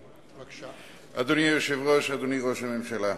אדוני היושב-ראש, אדוני ראש הממשלה.